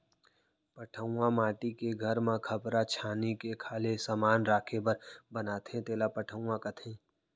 पटउहॉं माटी के घर म खपरा छानही के खाल्हे समान राखे बर बनाथे तेला पटउहॉं कथें